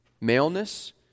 maleness